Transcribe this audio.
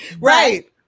Right